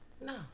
No